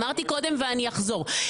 אמרתי קודם ואני אחזור,